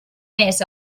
més